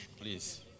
please